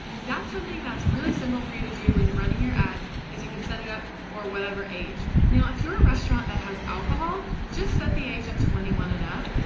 that's something that's really simple for you to do when. you're running your ads is you can set it up for whatever. age. now if you're a restaurant. that has alcohol just set the age at twenty one and up.